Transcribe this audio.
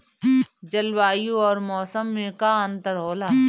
जलवायु और मौसम में का अंतर होला?